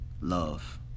Love